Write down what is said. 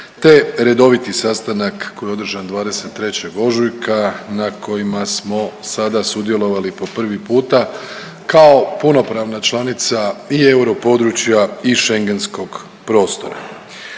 te redoviti sastanak koji je održan 23. ožujka na kojima smo sada sudjelovali po prvi puta kao punopravna članica i europodručja i schengentskog prostora.